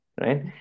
right